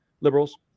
Liberals